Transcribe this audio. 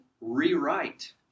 rewrite